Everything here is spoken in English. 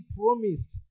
promised